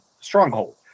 stronghold